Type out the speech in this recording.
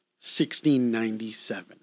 1697